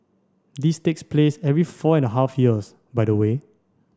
this takes place every four and a half years by the way